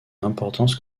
importance